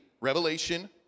Revelation